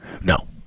No